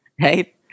Right